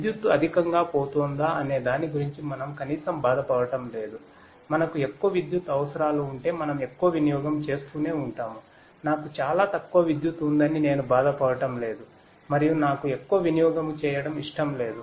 విద్యుత్తు అధికంగా పోతుందా అనే దాని గురించి మనం కనీసం బాధపడటం లేదు మనకు ఎక్కువ విద్యుత్ అవసరాలు ఉంటే మనం ఎక్కువ వినియొగము చేస్తూనే ఉంటాము నాకు చాలా తక్కువ విద్యుత్తు ఉందని నేను బాధపడటం లేదు మరియు నాకు ఎక్కువ వినియొగము చేయడం ఇష్టం లేదు